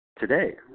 today